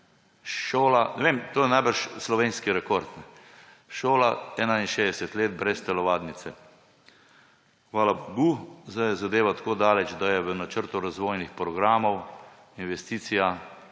telovadnice. To je najbrž slovenski rekord. Šola je 61 let brez telovadnice. Hvala bogu, sedaj je zadeva tako daleč, da je v načrtu razvojnih programov investicija